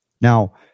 Now